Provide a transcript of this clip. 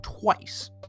twice